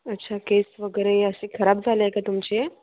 अच्छा केस वगैरे असे खराब झालंय का तुमचे